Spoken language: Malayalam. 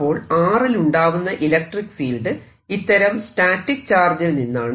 അപ്പോൾ r ലുണ്ടാവുന്ന ഇലക്ട്രിക്ക് ഫീൽഡ് ഇത്തരം സ്റ്റാറ്റിക് ചാർജിൽ നിന്നാണ്